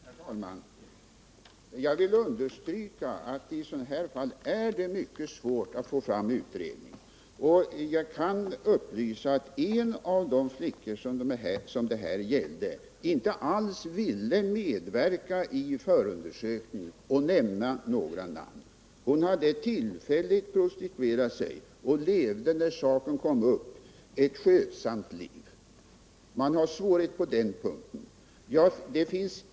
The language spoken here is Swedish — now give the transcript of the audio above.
Herr talman! Jag vill understryka att det i sådana fall är mycket svårt att få fram en utredning. Jag kan upplysa om att en av de flickor som det gällde inte alls ville medverka i förundersökningen eller nämna några namn. Hon hade tillfälligt prostituerat sig och levde, när saken sedan kom upp, ett skötsamt liv. Man har således haft svårigheter på den punkten.